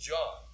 John